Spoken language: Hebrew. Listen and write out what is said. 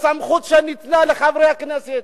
בסמכות שניתנה לחברי הכנסת,